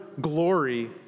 glory